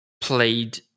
played